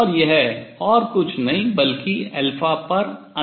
और यह और कुछ नहीं बल्कि पर अंतर है